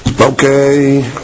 Okay